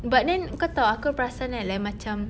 but then kau tahu aku perasan kan like macam